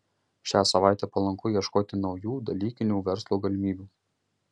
šią savaitę palanku ieškoti naujų dalykinių verslo galimybių